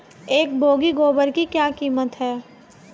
एक बोगी गोबर की क्या कीमत है?